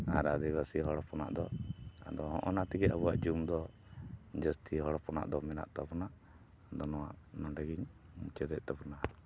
ᱟᱨ ᱟᱹᱫᱤᱵᱟᱹᱥᱤ ᱦᱚᱲ ᱦᱚᱯᱚᱱᱟᱜ ᱫᱚ ᱟᱫᱚ ᱦᱚᱸᱜᱼᱚᱱᱟ ᱛᱮᱜᱮ ᱟᱵᱚᱣᱟᱜ ᱡᱳᱨ ᱫᱚ ᱡᱟᱹᱥᱛᱤ ᱦᱚᱲ ᱯᱚᱱᱟᱜ ᱫᱚ ᱢᱮᱱᱟᱜ ᱛᱟᱵᱚᱱᱟ ᱟᱫᱚ ᱱᱚᱣᱟ ᱱᱚᱸᱰᱮᱜᱤᱧ ᱢᱩᱪᱟᱹᱫᱮᱫ ᱛᱟᱵᱚᱱᱟ